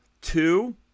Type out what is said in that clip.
Two